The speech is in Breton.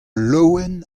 laouen